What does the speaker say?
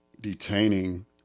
detaining